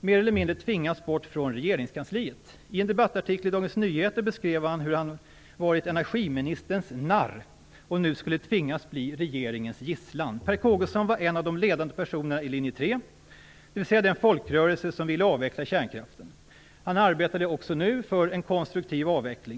mer eller mindre tvingas bort från regeringskansliet. I en debattartikel i Dagens Nyheter beskrev han hur han hade varit energiministerns narr och nu skulle tvingas bli regeringens gisslan. Per Kågeson var en av de ledande personerna i linje 3, dvs. den folkrörelse som ville avveckla kärnkraften. Han arbetade också nu för en konstruktiv avveckling.